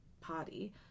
party